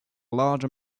large